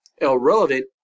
irrelevant